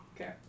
Okay